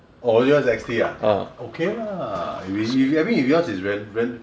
oh yours is X_T ah okay lah if if I mean if yours is re~ re~ re~